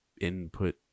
input